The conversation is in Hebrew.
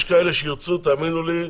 יש כאלה שירצו, תאמינו לי,